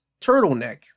turtleneck